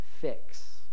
fix